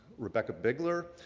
rebecca bigler,